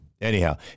anyhow